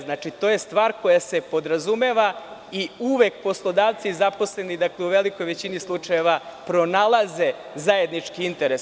Znači, to je stvar koja se podrazumeva i uvek poslodavci i zaposleni, u velikoj većini slučajeva pronalaze zajednički interes.